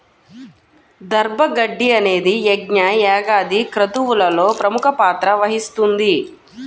దర్భ గడ్డి అనేది యజ్ఞ, యాగాది క్రతువులలో ప్రముఖ పాత్ర వహిస్తుంది